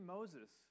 Moses